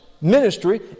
ministry